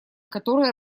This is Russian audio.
который